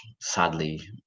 sadly